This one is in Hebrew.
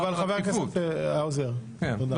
אבל חבר הכנסת האוזר, תודה.